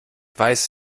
weiß